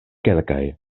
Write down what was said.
kelkaj